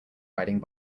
riding